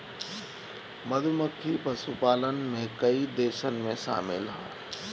मधुमक्खी पशुपालन में कई देशन में शामिल ह